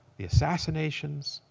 the assassinations,